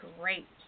great